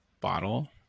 bottle